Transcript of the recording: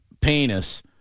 penis